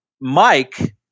Mike